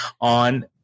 on